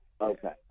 Okay